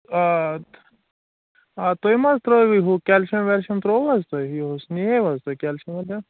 آ تہٕ آ تُہۍ مہٕ حظ ترٛٲیوٕے ہُہ کٮ۪لشِیَم وٮ۪لشِیَم ترٛوو حظ تۄہہِ یِہُس نِییوٕ حظ تۄہہِ کٮ۪لشِیَم